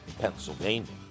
Pennsylvania